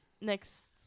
next